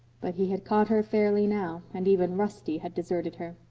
but he had caught her fairly now and even rusty had deserted her.